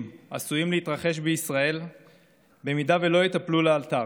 עשויים להתרחש בישראל אם לא יטופלו לאלתר.